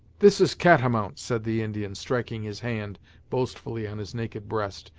this is catamount! said the indian, striking his hand boastfully on his naked breast,